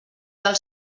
del